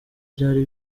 byari